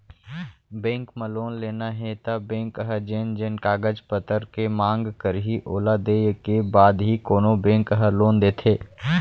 bank म loan लेना हे त बेंक ह जेन जेन कागज पतर के मांग करही ओला देय के बाद ही कोनो बेंक ह लोन देथे